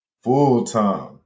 Full-time